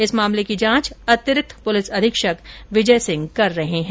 इस मामले की जांच अतिरिक्त पूलिस अधीक्षक विजय सिंह कर रहे है